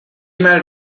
married